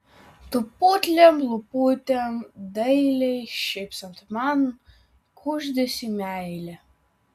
tu putliom lūputėm dailiai šypsant man kuždėsi meilę